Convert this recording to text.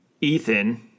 Ethan